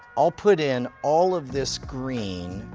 i'll put in all of this green.